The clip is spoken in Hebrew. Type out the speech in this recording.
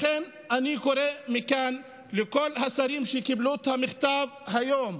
לכן אני קורא מכאן לכל השרים שקיבלו את המכתב היום,